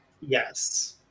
yes